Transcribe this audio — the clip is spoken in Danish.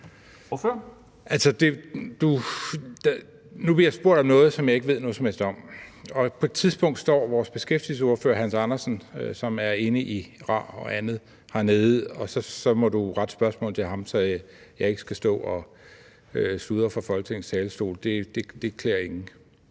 Nu bliver jeg spurgt om noget, som jeg ikke ved noget som helst om, og på et tidspunkt står vores beskæftigelsesordfører, hr. Hans Andersen, som er inde i RAR og andet, hernede, og så må du rette spørgsmålet til ham, så jeg ikke skal stå og sludre fra Folketingets talerstol – det klæder ingen.